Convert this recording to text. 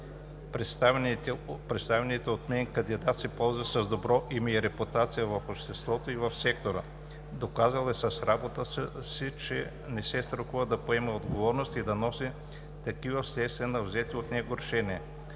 Представеният от мен кандидат се ползва с добро име и репутация в обществото и в сектора. Доказал е с работата си, че не се страхува да поема отговорност и да носи такава вследствие на взети от него решения.